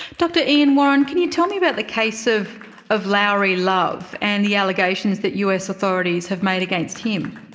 dr ian warren, can you tell me about the case of of lauri love and the allegations that us authorities have made against him?